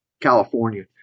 California